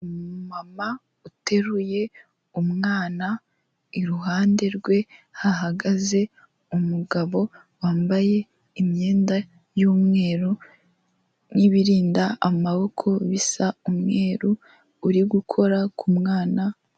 Umumama uteruye umwana, iruhande rwe hahagaze umugabo wambaye imyenda y'umweru n'ibirinda amaboko bisa umweru, uri gukora ku mwana.